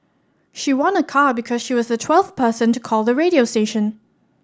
she won a car because she was the twelfth person to call the radio station